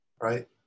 right